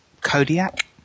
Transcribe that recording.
Kodiak